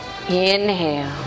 Inhale